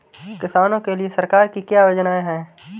किसानों के लिए सरकार की क्या योजनाएं हैं?